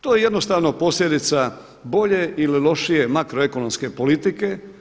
To je jednostavno posljedica bolje ili lošije makroekonomske politike.